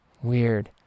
Weird